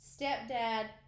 stepdad